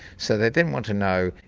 so they then want to know,